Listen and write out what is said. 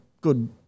good